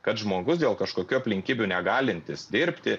kad žmogus dėl kažkokių aplinkybių negalintis dirbti